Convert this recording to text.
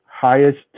highest